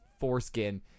foreskin